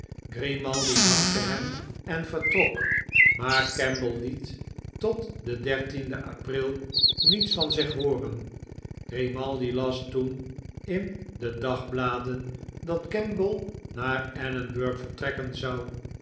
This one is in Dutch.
grimaldi dankte hem en vertrok maar kemble liet tot den dertienden april niets van zich hooren grimaldi las toen in de dagbladen dat kemble naar edinburg vertrekken zou